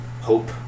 hope